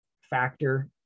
factor